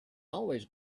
always